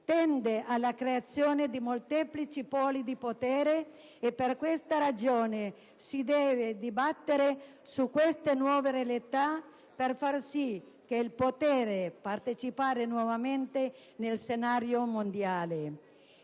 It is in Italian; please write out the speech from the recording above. tende alla creazione di molteplici poli di potere e, per questa ragione, si deve dibattere su queste nuove realtà per far sì di poter partecipare nuovamente nello scenario mondiale.